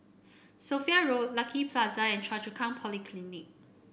Sophia Road Lucky Plaza and Choa Chu Kang Polyclinic